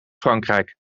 frankrijk